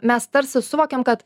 mes tarsi suvokėm kad